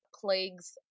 plagues